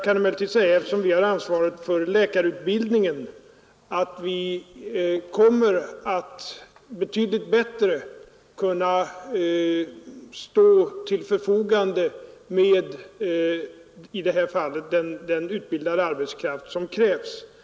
Men eftersom staten har ansvaret för läkarutbildningen kan jag säga att vi om några år kommer att stå betydligt bättre rustade när det gäller den utbildade arbetskraft som krävs i detta fall.